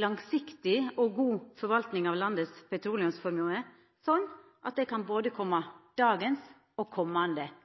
langsiktig og god forvalting av landet sin petroleumsformue, sånn at det kan koma både dagens generasjon og